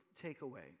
takeaway